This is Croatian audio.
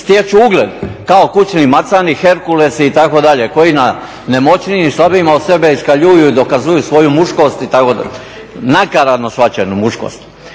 stječu ugled kao kućni macani, Herculesi itd. koji na nemoćnijim, slabijima od sebe iskaljuju i dokazuju svoju muškost itd., nakaradnu shvaćenu muškost.